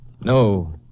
No